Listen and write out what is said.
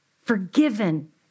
forgiven